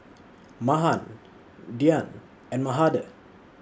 Mahan Dhyan and Mahade